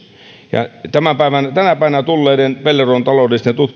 ja tänä päivänä tulleiden pellervon taloudellisen